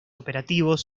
operativos